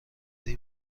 این